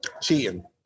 Cheating